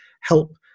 help